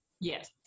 Yes